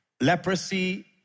Leprosy